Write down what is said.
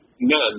None